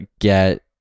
get